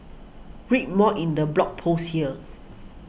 read more in the blog post here